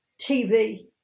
TV